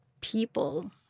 people